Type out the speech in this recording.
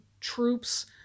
troops